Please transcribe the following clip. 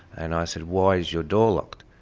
and i said, why is your door locked?